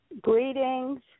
Greetings